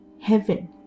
heaven